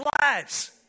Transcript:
lives